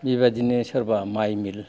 बेबादिनो सोरबा माइ मिल